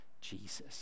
jesus